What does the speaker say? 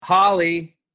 holly